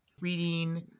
reading